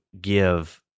give